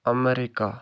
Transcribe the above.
America